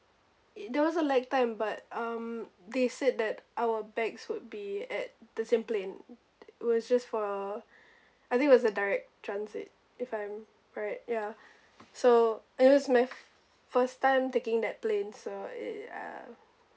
there was a lag time but um they said that our bags would be at the same plane it was just for I think was a direct transit if I'm right ya so it was my first time taking that plane so it uh